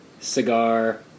cigar